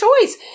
choice